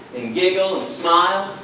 and giggle and smile.